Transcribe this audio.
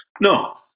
No